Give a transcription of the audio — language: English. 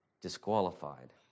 disqualified